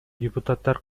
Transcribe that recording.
депутаттар